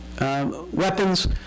weapons